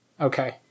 Okay